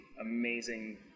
amazing